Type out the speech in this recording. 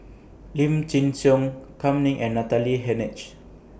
Lim Chin Siong Kam Ning and Natalie Hennedige